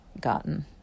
gotten